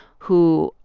who,